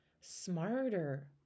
smarter